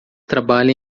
trabalha